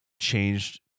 changed